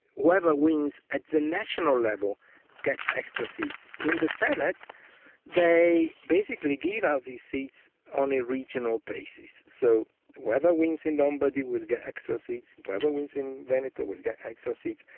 whoever wins at the national level gets extra seats. in the senate they basically give out these seats on a regional basis. so whoever wins in um but lombardy will get extra seats, whoever wins in veneto will get extra seats.